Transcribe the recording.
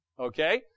Okay